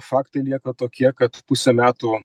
faktai lieka tokie kad pusę metų